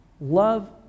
love